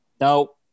No